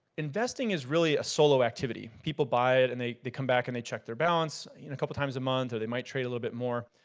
investing is really a solo activity. people buy and they they come back and they check their balance a couple of times a month or they might trade a little bit more.